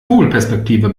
vogelperspektive